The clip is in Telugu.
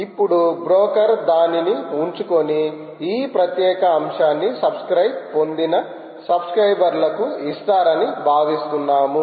ఇప్పుడు బ్రోకర్ దానిని ఉంచుకుని ఈ ప్రత్యేక అంశానికి సబ్స్క్రయిబ్ పొందిన సబ్స్క్రయిబర్లకు ఇస్తారని భావిస్తున్నాము